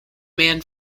man